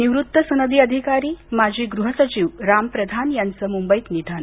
निवृत्त सनदी अधिकारी माजी गृह सचिव राम प्रधान यांचं मुंबईत निधन